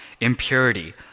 impurity